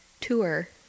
tour